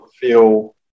feel